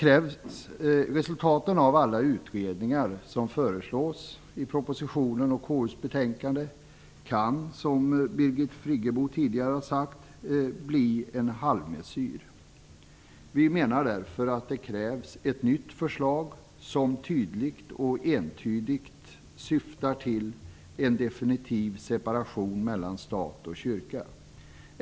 Resultaten av alla utredningar, dvs. det som föreslås i propositionen och betänkandet, kan som Birgit Friggebo tidigare har sagt bli en halvmesyr. Vi anser därför att det krävs ett nytt förslag som tydligt och entydigt syftar till en definitiv separation mellan stat och kyrka.